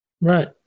Right